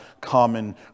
common